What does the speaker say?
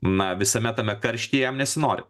na visame tame karšty jam nesinori